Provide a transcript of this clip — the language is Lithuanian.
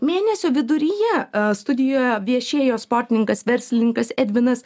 mėnesio viduryje studijoje viešėjo sportininkas verslininkas edvinas